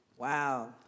Wow